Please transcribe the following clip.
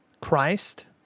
Christ